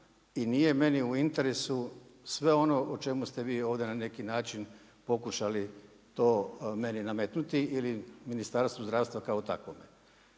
i nije meni u interesu sve ono o čemu ste vi ovdje na neki način pokušali to meni nametnuti ili Ministarstvu zdravstva kao takvog.